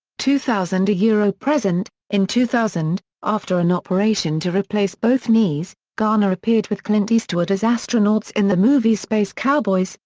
two thousand yeah present in two thousand, after an operation to replace both knees, garner appeared with clint eastwood as astronauts in the movie space cowboys,